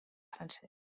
francès